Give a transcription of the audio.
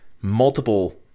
multiple